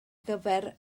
gyfer